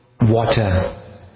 water